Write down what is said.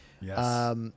Yes